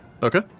Okay